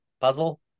Puzzle